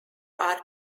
are